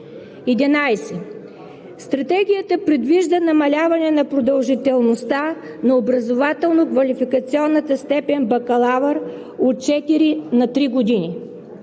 11. Стратегията предвижда намаляване на продължителността на образователно-квалификационната степен „бакалавър“ от четири на три години.